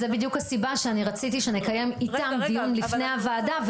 זו בדיוק הסיבה שאני רציתי שנקיים איתם דיון לפני הוועדה,